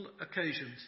occasions